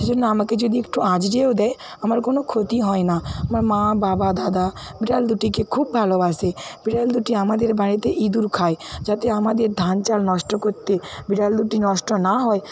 সেজন্য আমাকে যদি একটু আঁচড়েও দেয় আমার কোনো ক্ষতি হয় না আমার মা বাবা দাদা বিড়াল দুটিকে খুব ভালোবাসে বিড়াল দুটি আমাদের বাড়িতে ইঁদুর খায় যাতে আমাদের ধান চাল নষ্ট করতে বিড়াল দুটি নষ্ট না হয়